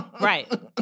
Right